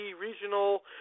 regional